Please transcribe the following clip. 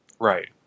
Right